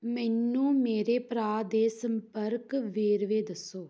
ਮੈਨੂੰ ਮੇਰੇ ਭਰਾ ਦੇ ਸੰਪਰਕ ਵੇਰਵੇ ਦੱਸੋ